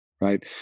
right